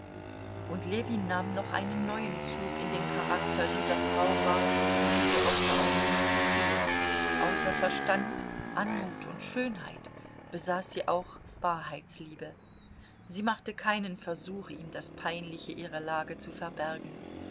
und ljewin nahm noch einen neuen zug in dem charakter dieser frau wahr die ihm so außerordentlich gefiel außer verstand anmut und schönheit besaß sie auch wahrheitsliebe sie machte keinen versuch ihm das peinliche ihrer lage zu verbergen